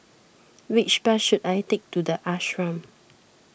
which bus should I take to the Ashram